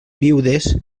viudes